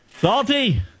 Salty